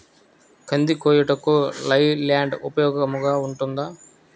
కంది కోయుటకు లై ల్యాండ్ ఉపయోగముగా ఉంటుందా?